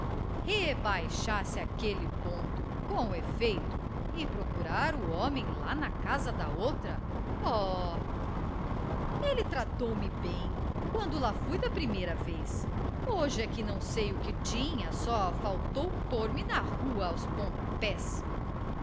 rebaixar se àquele ponto com efeito ir procurar o homem lá na casa da outra oh ele tratou-me bem quando lá fui da primeira vez hoje é que não sei o que tinha só faltou pôr-me na rua aos pontapés